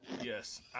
Yes